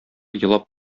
елап